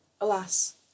Alas